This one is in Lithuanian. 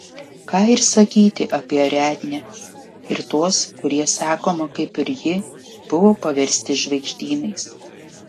ką ir sakyti apie ariadnę ir tuos kurie sakoma kaip ir ji buvo paversti žvaigždynais